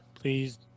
please